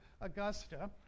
Augusta